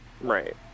Right